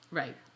right